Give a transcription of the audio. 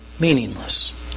meaningless